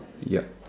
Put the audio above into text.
yep